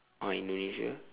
oh indonesia